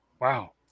Wow